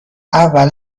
اول